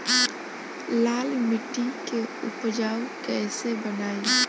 लाल मिट्टी के उपजाऊ कैसे बनाई?